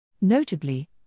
Notably